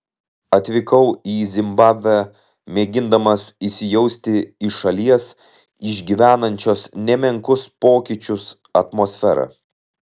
atvykau į zimbabvę mėgindamas įsijausti į šalies išgyvenančios nemenkus pokyčius atmosferą